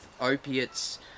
opiates